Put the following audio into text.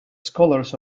scholars